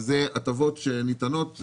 וזה הטבות שניתנות,